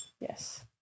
Yes